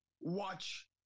watch